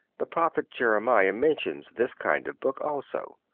the prophet jeremiah mentions this kind of book also.